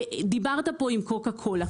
דיברת פה עם קוקה קולה,